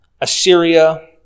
Assyria